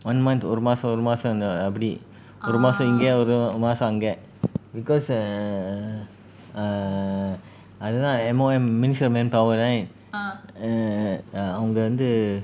one month ஒரு மாசம் ஒரு மாசம் அப்டி ஒரு மாசம் இங்க ஒரு மாசம் அங்க:oru maasam oru maasam apdi oru maasam inga oru maasam anga because err err அது தான்:adhu thaan M_O_M ministry of manpower right err err அவங்க வந்து:avanga vanthu